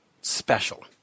special